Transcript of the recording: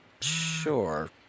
sure